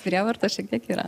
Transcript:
prievarta šiek tiek yra